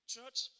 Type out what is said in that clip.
Church